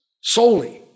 Solely